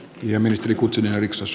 arvoisa puhemies